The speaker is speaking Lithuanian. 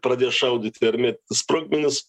pradės šaudyti ar mėtyti sprogmenis